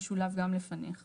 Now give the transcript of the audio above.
שיהיה המשולב גם לפניך.